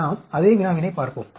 நாம் அதே வினாவினைப் பார்ப்போம்